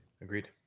Agreed